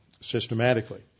systematically